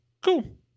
Cool